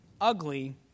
ugly